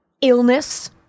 illness